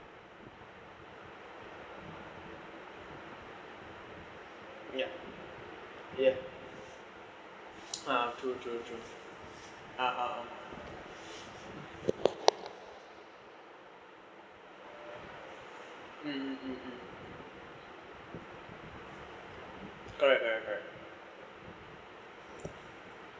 ya ah true true true true ah ah ah mm mm mm correct correct correct